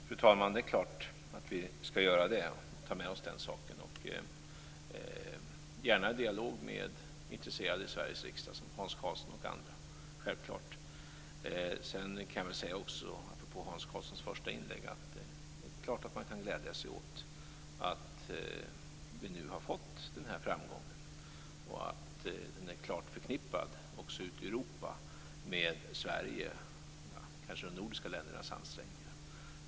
Fru talman! Det är klart att vi skall ta med oss den saken, gärna i dialog med intresserade i Sveriges riksdag, som Hans Karlsson och andra. Självklart! Jag kan också, apropå Hans Karlssons första inlägg, säga att det är klart att man kan glädja sig åt att vi nu har fått den här framgången. Den är också ute i Europa klart förknippad med de nordiska ländernas ansträngningar.